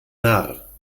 narr